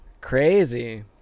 crazy